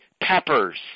peppers